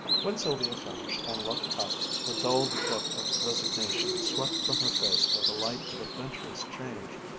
when sylvia finished and looked up, the dulled look of resignation swept from her face by the light of adventurous change,